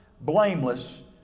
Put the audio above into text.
blameless